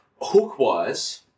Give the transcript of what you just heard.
hook-wise